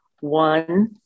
One